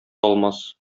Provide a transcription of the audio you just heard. алмас